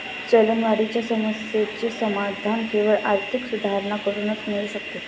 चलनवाढीच्या समस्येचे समाधान केवळ आर्थिक सुधारणा करूनच मिळू शकते